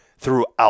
Throughout